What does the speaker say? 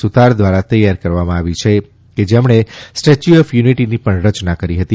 સુતાર દ્વારા તૈયાર કરવામાં આવી છે કે જેમણે સ્ટેચ્યુ ઓફ યુનિટીની પણ રચના કરી હતી